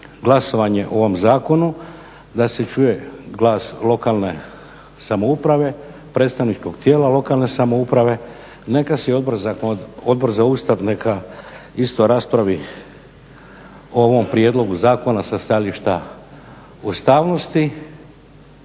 glasovanje o ovom zakonu da se čuje glas lokalne samouprave, predstavničkog tijela lokalna samouprave, neka se i Odbor za Ustav isto raspravi o ovom prijedlogu zakona sa stajališta ustavnosti